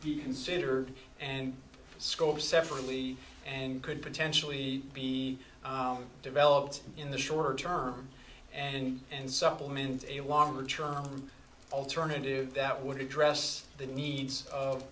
be considered and scope separately and could potentially be developed in the short term and supplement a longer trial alternative that would address the needs of